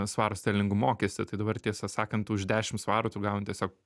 svarų sterlingų mokestį tai dabar tiesą sakant už dešimt svarų tu gauni tiesiog